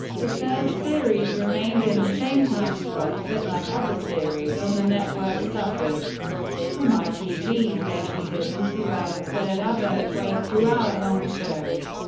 the third series remained in the same timeslot but, like other series on the network, suffered from itv's late decision to add a third advert break to hour-long shows.